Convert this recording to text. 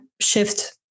shift